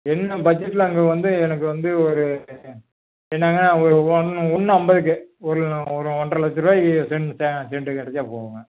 இன்னும் பட்ஜெட்டில் அங்கே வந்து எனக்கு வந்து ஒரு என்னங்க ஒரு ஒன்று ஒன்று ஐம்பதுக்கு ஒன்று ஒரு ஒன்றரை லட்சருபாய்க்கு செண் சா செண்ட்டு கிடச்சாப்போதுங்க